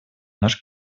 наш